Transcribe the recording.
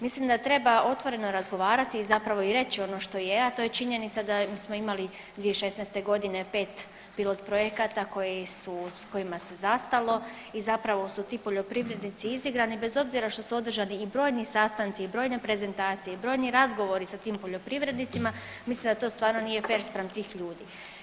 Mislim da treba otvoreno razgovarati i zapravo reći ono što je, a to je činjenica da smo imali 2016.g. pet pilot projekata s kojima se zastalo i zapravo su ti poljoprivrednici izigrani, bez obzira što su održani i brojni sastanci i brojne prezentacije i brojni razgovori sa tim poljoprivrednicima, mislim da to stvarno nije fer spram tih ljudi.